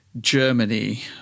Germany